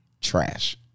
trash